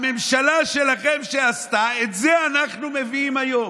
מה שהממשלה שלכם עשתה, את זה אנחנו מביאים היום.